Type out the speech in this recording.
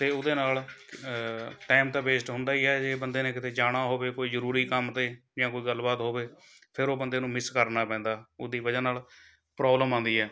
ਅਤੇ ਉਹਦੇ ਨਾਲ਼ ਟਾਈਮ ਤਾਂ ਵੇਸਟ ਹੁੰਦਾ ਹੀ ਹੈ ਜੇ ਬੰਦੇ ਨੇ ਕਿਤੇ ਜਾਣਾ ਹੋਵੇ ਕੋਈ ਜ਼ਰੂਰੀ ਕੰਮ 'ਤੇ ਜਾਂ ਕੋਈ ਗੱਲਬਾਤ ਹੋਵੇ ਫਿਰ ਉਹ ਬੰਦੇ ਨੂੰ ਮਿਸ ਕਰਨਾ ਪੈਂਦਾ ਉਸ ਦੀ ਵਜ੍ਹਾ ਨਾਲ਼ ਪ੍ਰੋਬਲਮ ਆਉਂਦੀ ਹੈ